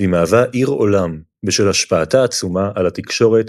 והיא מהווה עיר עולם בשל השפעתה העצומה על התקשורת,